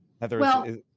Heather